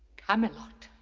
camelot,